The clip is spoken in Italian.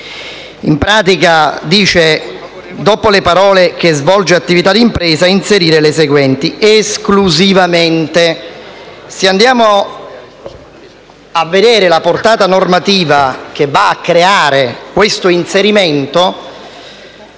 modificazioni: a) dopo le parole: "che svolge attività d'impresa" inserire la seguente: "esclusivamente"». Se andiamo a vedere la portata normativa che va a creare questo inserimento,